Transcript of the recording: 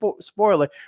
spoiler